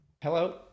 Hello